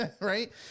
Right